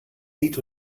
niet